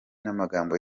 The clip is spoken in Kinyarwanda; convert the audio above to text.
n’amagambo